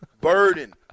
burden